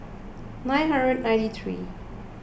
nine hundred ninety three